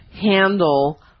handle